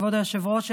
כבוד היושב-ראש,